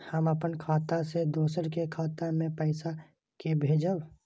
हम अपन खाता से दोसर के खाता मे पैसा के भेजब?